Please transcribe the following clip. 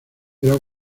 era